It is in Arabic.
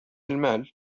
المال